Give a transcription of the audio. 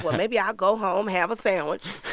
but maybe i'll go home, have a sandwich.